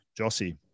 Jossie